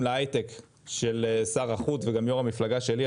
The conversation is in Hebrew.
להייטק של שר החוץ וגם יו"ר המפלגה שלי,